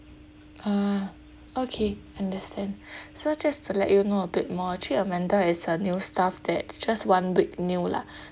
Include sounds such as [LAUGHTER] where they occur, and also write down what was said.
ah okay understand [BREATH] so just to let you know a bit more actually amanda is a new staff that's just one week new lah